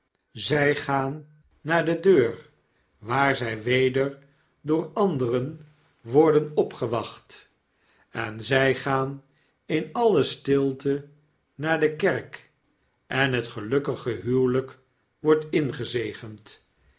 zg gaan naar de deur waar zj weder door anderen worden opgewacht en zij gaan in alle stilte naar de kerk en het gelukkige huwelp wordt ingezegend